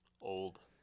Old